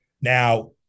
now